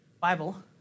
Bible